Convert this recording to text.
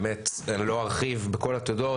באמת אני לא ארחיב בכל התודות,